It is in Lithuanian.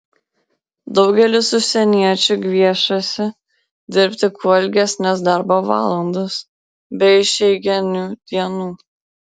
daugelis užsieniečių gviešiasi dirbti kuo ilgesnes darbo valandas be išeiginių dienų